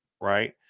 right